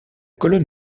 colonne